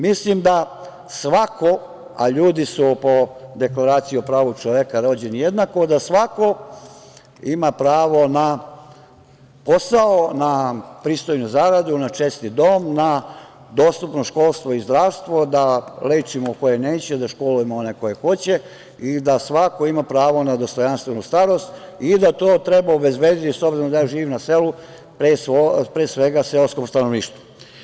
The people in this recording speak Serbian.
Mislim da svako, a ljudi su po Deklaraciji o pravu čoveka rođeni jednaki, ima pravo na posao, na pristojnu zaradu, na čestit dom, na dostupnost školstva i zdravstva, da lečimo koje neće, da školujemo one koji hoće i da svako ima pravo na dostojanstvenu starost i da to treba obezbediti, s obzirom da ja živim na selu, pre svega seoskom stanovništvu.